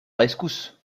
rescousse